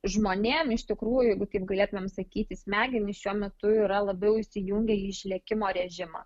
žmonėm iš tikrųjų jeigu taip galėtumėm sakyti smegenys šiuo metu yra labiau įsijungę į išlikimo režimą